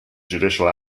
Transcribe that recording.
judicial